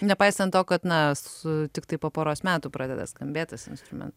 nepaisant to kad na su tiktai po poros metų pradeda skambėt tas instrumentas